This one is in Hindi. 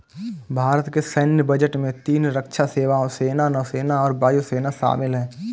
भारत के सैन्य बजट में तीन रक्षा सेवाओं, सेना, नौसेना और वायु सेना शामिल है